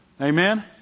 Amen